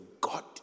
God